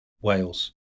Wales